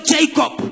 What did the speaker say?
Jacob